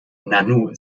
nanu